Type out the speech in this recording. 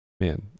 Man